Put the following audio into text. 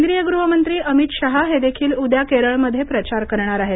केंद्रीय गृहमंत्री अमित शहा हे देखील उद्या केरळमध्ये प्रचार करणार आहेत